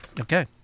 Okay